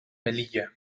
melilla